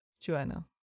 Joanna